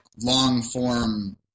long-form